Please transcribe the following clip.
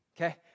okay